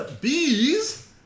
Bees